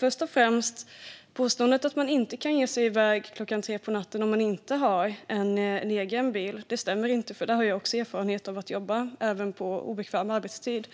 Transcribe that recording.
Först och främst stämmer inte påståendet att man inte kan ge sig i väg klockan tre på natten om man inte har en egen bil. Jag har också erfarenhet av att jobba på obekväm arbetstid.